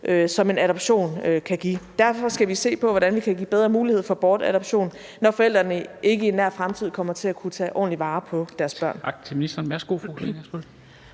som en adoption kan give, og derfor skal vi se på, hvordan vi kan give bedre mulighed for bortadoption, når forældrene ikke i nær fremtid kommer til at kunne tage ordentligt vare på deres børn.